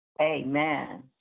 Amen